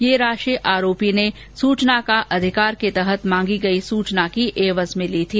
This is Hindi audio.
ये राशि आरोपी ने सूचना का अधिकार के तहत मांगी गई सूचना के एवज में ली थी